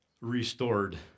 restored